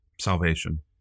Salvation